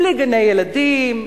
בלי גני-ילדים,